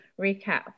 recap